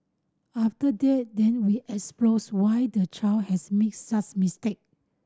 after that then we explores why the child has made such mistake